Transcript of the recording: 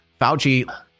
Fauci